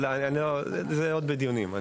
זה עוד בדיונים.